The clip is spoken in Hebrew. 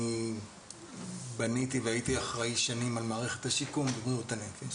אני בניתי והייתי אחראי במשך שנים על מערכת השיקום בבריאות הנפש.